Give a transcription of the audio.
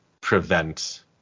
prevent